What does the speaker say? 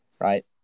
right